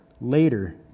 later